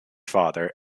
father